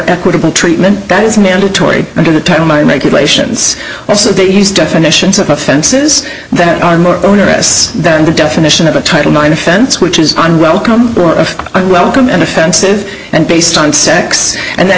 equitable treatment that is mandatory under the title my regulations that they use definitions of offenses that are more onerous than the definition of a title nine offense which is on welcome i welcome and offensive and based on sex and that